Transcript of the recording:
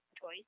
choice